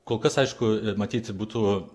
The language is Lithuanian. kol kas aišku matyt būtų